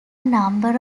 number